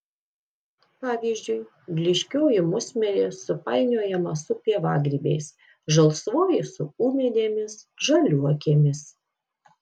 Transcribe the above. pavyzdžiui blyškioji musmirė supainiojama su pievagrybiais žalsvoji su ūmėdėmis žaliuokėmis